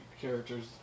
characters